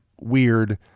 weird